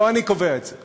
לא אני קובע את זה.